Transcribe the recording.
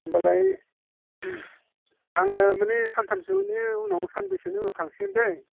होमबालाय आङो माने सानथामसोनि उनाव सानब्रैसोनि उनाव थांसिगोनदै